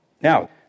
Now